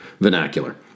vernacular